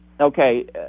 okay